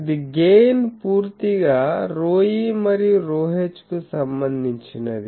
ఇది గెయిన్ పూర్తిగా ρe మరియు ρh కు సంబంధించినది